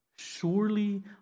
Surely